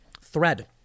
Thread